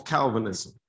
Calvinism